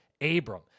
Abram